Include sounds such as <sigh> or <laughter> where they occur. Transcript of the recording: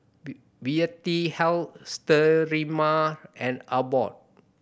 <unintelligible> Vitahealth Sterimar and Abbott